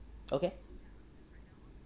okay